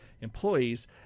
employees